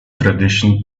tradition